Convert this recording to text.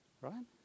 Right